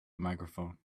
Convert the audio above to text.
microphone